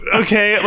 okay